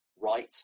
right